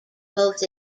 both